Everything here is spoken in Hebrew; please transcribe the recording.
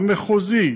המחוזי,